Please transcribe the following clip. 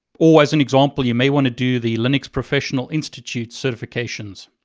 or as an example, you may want to do the linux professional institute certifications.